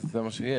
אז זה מה שיש,